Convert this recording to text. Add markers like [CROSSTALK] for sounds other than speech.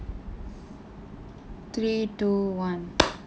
three two one [NOISE]